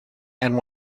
and